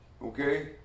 Okay